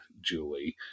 Julie